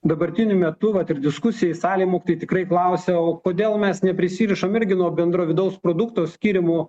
dabartiniu metu vat ir diskusijoj salėj mum tai tikrai klausia kodėl mes neprisirišam irgi nuo bendro vidaus produkto skiriamų